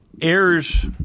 errors